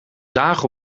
zaag